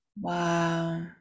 Wow